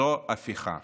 זו הפיכה.